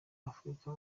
afurika